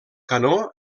canó